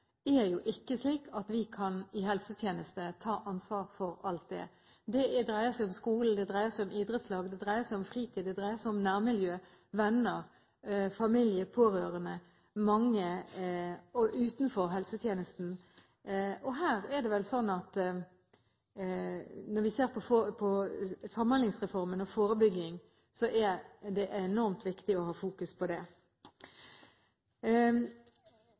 Det er jo litt tankevekkende at årsaken til smerte ikke er slik at vi i helsetjenesten kan ta ansvaret for alt. Det dreier seg om skolen, idrettslag, fritid, nærmiljø, venner, familie, pårørende – mange, og utenfor helsetjenesten. Her er det vel sånn at når vi ser på Samhandlingsreformen og forebygging, er det enormt viktig å ha fokus på dette. Representanten Høie spurte også hvorfor nordmenn i større grad enn andre har vondt. Jeg tenker at det